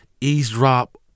eavesdrop